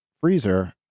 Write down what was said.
freezer